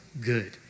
good